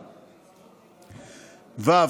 ו.